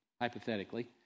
hypothetically